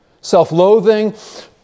Self-loathing